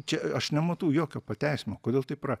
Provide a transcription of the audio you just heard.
čia aš nematau jokio pateisinimo kodėl taip yra